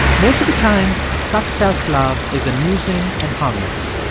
most of the time, such self-love is amusing and harmless,